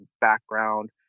background